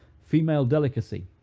female delicacy.